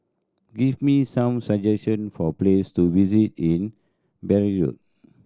give me some suggestion for place to visit in Beirut